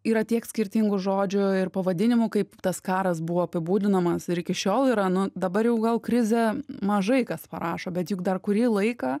yra tiek skirtingų žodžių ir pavadinimų kaip tas karas buvo apibūdinamas ir iki šiol yra nu dabar jau gal krizė mažai kas parašo bet juk dar kurį laiką